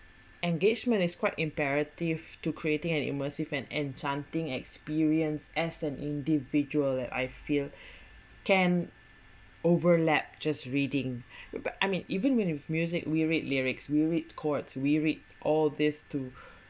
engagement is quite imperative to creating an immersive an enchanting experience as an individual and I fear can overlap just reading it but I mean even with music we read lyrics we read chords we read all this too